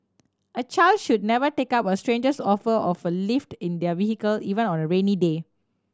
a child should never take up a stranger's offer of a lift in their vehicle even on a rainy day